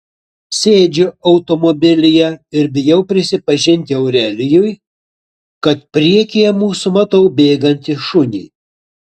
sėdžiu automobilyje ir bijau prisipažinti aurelijui kad priekyje mūsų matau bėgantį šunį